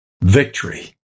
Victory